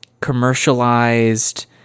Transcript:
commercialized